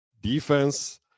defense